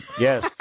Yes